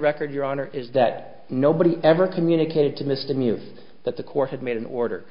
record your honor is that nobody ever communicated to mr new that the court had made an order